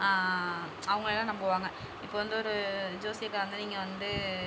அவங்களையெல்லாம் நம்புவாங்க இப்போ வந்து ஒரு ஜோசியக்காரை வந்து நீங்கள் வந்து